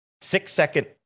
six-second